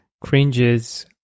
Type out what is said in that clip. cringes